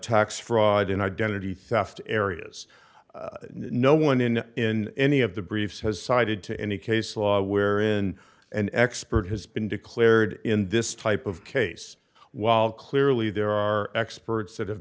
tax fraud and identity theft areas no one in in any of the briefs has cited to any case law where in an expert has been declared in this type of case while clearly there are experts that have